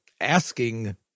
asking